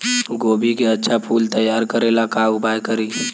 गोभी के अच्छा फूल तैयार करे ला का उपाय करी?